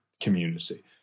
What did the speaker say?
community